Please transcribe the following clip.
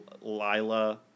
Lila